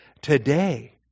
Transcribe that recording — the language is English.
Today